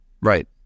right